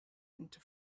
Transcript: into